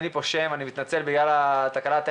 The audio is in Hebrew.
שלום לכולם, גם אצלי אין כרגע את עמדת השרה